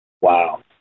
wow